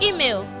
Email